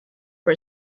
for